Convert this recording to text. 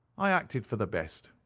i acted for the best.